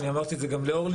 ואמרתי את זה גם לאורלי,